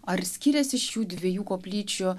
ar skyrėsi šių dviejų koplyčių